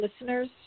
listeners